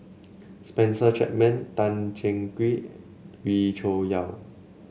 Spencer Chapman Tan Cheng Kee Wee Cho Yaw